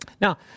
Now